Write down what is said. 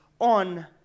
on